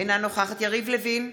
אינה נוכחת יריב לוין,